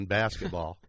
basketball